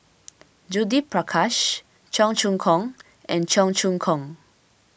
Judith Prakash Cheong Choong Kong and Cheong Choong Kong